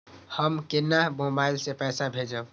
हम केना मोबाइल से पैसा भेजब?